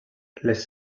les